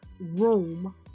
room